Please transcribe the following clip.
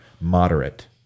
moderate